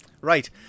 right